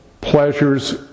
pleasures